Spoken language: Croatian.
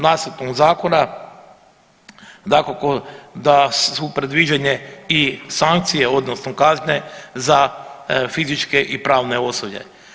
Na nacrtom zakona dakako da su predviđene i sankcije odnosno kazne za fizičke i pravne osobe.